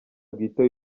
bwite